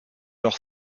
leur